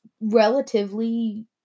relatively